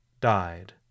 died